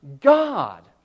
God